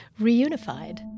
reunified